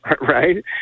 Right